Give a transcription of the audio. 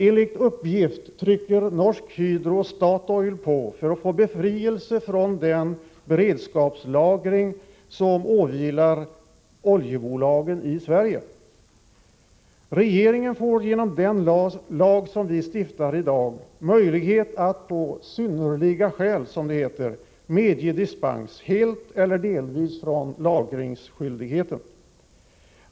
Enligt uppgift trycker Norsk Hydro och Statoil på för att få befrielse från den beredskapslagringsskyldighet som åvilar oljebolagen i Sverige. Regeringen får genom den lag som vi stiftar i dag möjlighet att på ”synnerliga skäl”, som det heter, medge dispens helt eller delvis från lagringsskyldigheten.